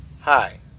Hi